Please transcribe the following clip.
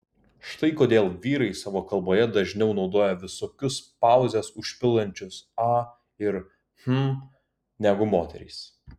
štai kodėl vyrai savo kalboje dažniau naudoja visokius pauzes užpildančius a ir hm negu moterys